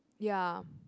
ya